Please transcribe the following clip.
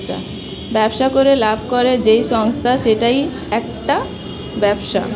ব্যবসা করে লাভ করে যেই সংস্থা সেইটা একটি ব্যবসা